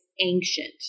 ancient